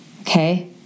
okay